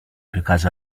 because